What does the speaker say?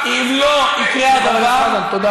ואם לא יקרה הדבר, חבר הכנסת חזן, תודה.